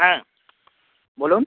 হ্যাঁ বলুন